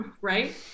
right